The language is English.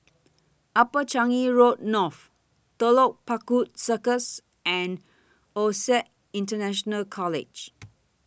Upper Changi Road North Telok Paku Circus and OSAC International College